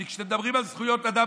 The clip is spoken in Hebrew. כי שאתם מדברים על זכויות אדם,